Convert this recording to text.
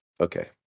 okay